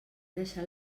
deixat